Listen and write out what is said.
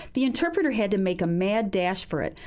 the interpreter had to make a mad dash for it.